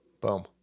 Boom